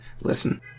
listen